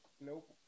Nope